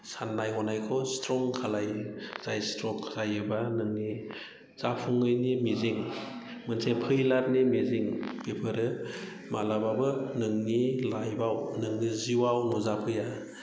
साननाय हनायखौ स्ट्रं खालायगोन जाय स्ट्रं खालायोब्ला नोंनि जाफुङैनि मिजिं मोनसे फैलियारनि मिजिं बेफोरो मालाब्लाबो नोंनि लाइफआव नोंनि जिउआव नुजाफैया